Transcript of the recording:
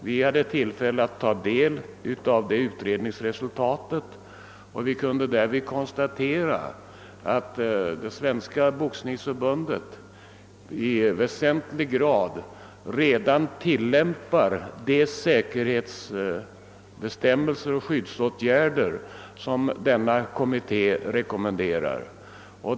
Vi har nu haft tillfälle att ta del av denna utrednings resultat och har därvid kunnat konstatera att Svenska boxningsförbundet i väsentlig grad redan tillämpar de säkerhetsbestämmelser och skyddsåtgärder som utredningskommittén rekommenderar.